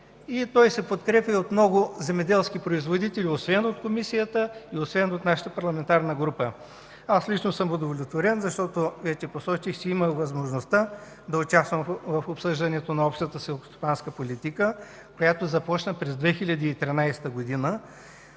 Той се подкрепя от много земеделски производители, освен от Комисията, и освен от нашата парламентарна група. Аз лично съм удовлетворен, защото вече посочих, че имах възможността да участвам в обсъждането на Общата селскостопанска политика, която започна през 2013 г.